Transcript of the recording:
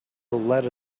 let